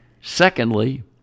Secondly